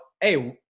Hey